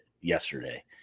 yesterday